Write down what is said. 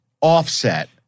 offset